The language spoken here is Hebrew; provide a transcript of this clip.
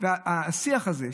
והשיח הזה,